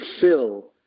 fill